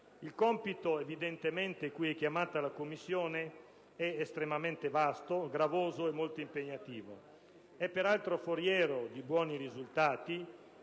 il compito cui è chiamata la Commissione è estremamente vasto, gravoso e molto impegnativo. È peraltro foriero di buoni risultati